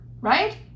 right